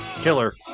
killer